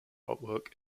artwork